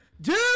Dude